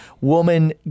woman